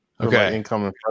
Okay